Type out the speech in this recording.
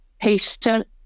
patient